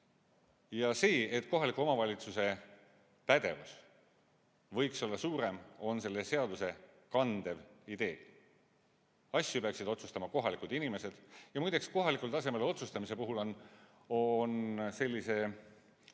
See, et kohaliku omavalitsuse pädevus võiks olla suurem, on selle seaduse kandev idee. Asju peaksid otsustama kohalikud inimesed, ja muideks, kohalikul tasemel otsustamise puhul on ametkonna